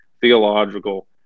theological